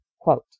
Quote